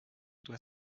doit